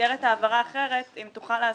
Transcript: במסגרת העברה אחרת, אם תוכל להסביר.